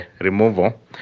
removal